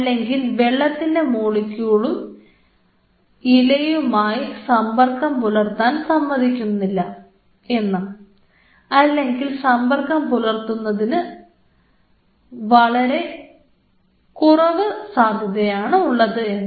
അല്ലെങ്കിൽ വെള്ളത്തിൻറെ മോളിക്യൂളുകളും ഇലയുമായി സമ്പർക്കം പുലർത്താൻ സമ്മതിക്കുന്നില്ല എന്ന് അല്ലെങ്കിൽ സമ്പർക്കം പുലർത്തുന്നത് വളരെ കുറവാണ് എന്ന്